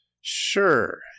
Sure